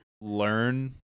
Learn